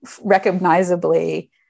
recognizably